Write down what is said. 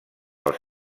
els